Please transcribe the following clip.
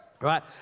Right